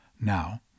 Now